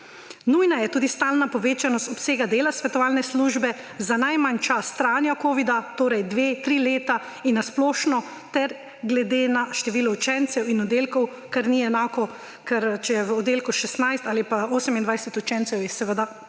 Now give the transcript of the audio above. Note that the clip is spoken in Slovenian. Nujna je tudi stalna povečanost obsega dela svetovalne službe za najmanj čas trajanja covida ‒ torej dve, tri leta – in na splošno ter glede na število učencev in oddelkov, kar ni enako. Ker če je v oddelku 16 ali pa 28 učencev, je seveda